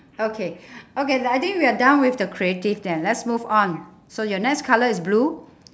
okay okay uh I think we're done with the creative then let's move on so your next colour is blue